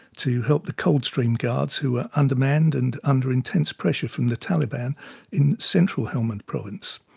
to help the coldstream guards who were undermanned and under intense pressure from the taliban in central helmand province.